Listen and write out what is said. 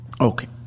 Okay